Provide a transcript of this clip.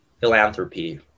philanthropy